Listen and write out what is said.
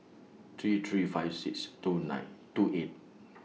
three three five six two nine two eight